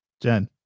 Jen